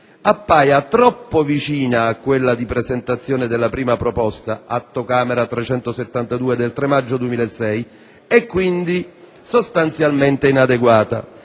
appaia troppo vicina a quella di presentazione della prima proposta - Atto Camera n. 372 del 3 maggio 2006 - e quindi sostanzialmente inadeguata.